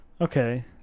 Okay